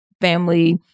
family